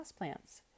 houseplants